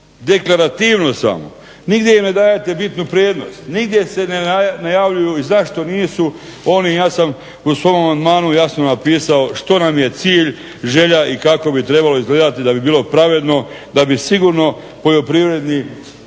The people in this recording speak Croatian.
Deklarativno samo, nigdje im ne dajete bitnu prednost, nigdje se ne najavljuju i zašto nisu oni, ja sam u svom amandmanu jasno napisao što nam je cilj, želja i kako bi trebalo izgledati da bi bilo pravedno, da bi sigurno poljoprivredni